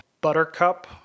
Buttercup